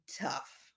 tough